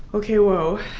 okay, whoa